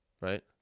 Right